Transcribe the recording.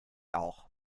auch